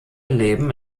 leben